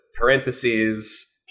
parentheses